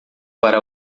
para